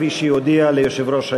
כפי שהיא הודיעה ליושב-ראש הישיבה.